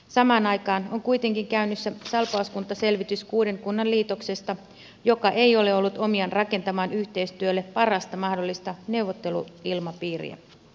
samaan aikaan on kuitenkin käynnissä salpauskunta selvitys kuuden kunnan liitoksesta mikä ei ole ollut omiaan rakentamaan yhteistyölle parasta mahdollista neuvotteluilmapiiriä